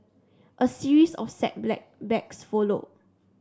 a series of setbacks followed